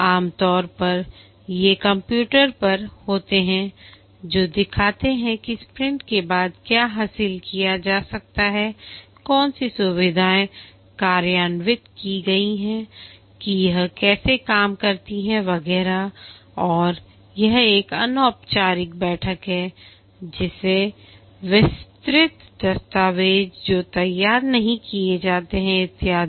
आमतौर पर ये कंप्यूटर पर होते हैं जो दिखाते हैं कि स्प्रिंट के बाद क्या हासिल किया जा सकता हैकौन सी सुविधाएँ कार्यान्वित की गई हैं कि यह कैसे काम करती है वगैरह और यह एक अनौपचारिक बैठक है जैसे विस्तृत दस्तावेज जो तैयार नहीं किए जाते हैं इत्यादि